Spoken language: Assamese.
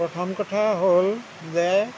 প্ৰথম কথা হ'ল যে